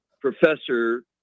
professor